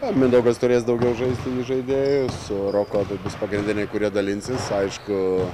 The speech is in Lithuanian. jo mindaugas turės daugiau žaisti i žaidėju su roku bus abu pagrindiniai kurie dalinsis aišku